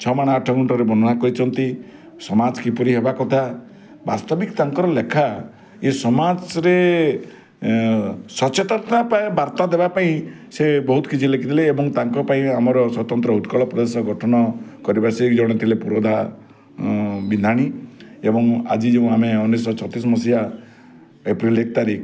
ଛମାଣ ଆଠଗୁଣ୍ଠରେ ବର୍ଣ୍ଣନା କରିଛନ୍ତି ସମାଜ କିପରି ହେବ କଥା ବାସ୍ତବିକ ତାଙ୍କର ଲେଖା ଏ ସମାଜରେ ସଚେତନତା ପା ବାର୍ତ୍ତା ଦେବାପାଇଁ ସେ ବହୁତ କିଛି ଲେଖିଥିଲେ ଏବଂ ତାଙ୍କପାଇଁ ଆମର ସ୍ୱତନ୍ତ୍ର ଉତ୍କଳ ପ୍ରଦେଶ ଗଠନ କରିବା ସେଇ ଜଣେ ଥିଲେ ପୁରଧା ବିନ୍ଧାଣି ଏବଂ ଆଜି ଆମେ ଉଣେଇଶହ ଛତିଶି ମସିହା ଏପ୍ରିଲ ଏକ ତାରିଖ